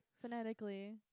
Phonetically